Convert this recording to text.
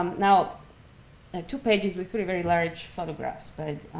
um now two pages with three very large photographs, but